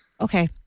Okay